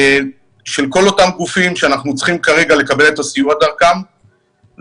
נציגים של כל אותם גופים שאנחנו כרגע צריכים לקבל את הסיוע דרכם ולנסות